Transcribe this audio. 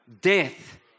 Death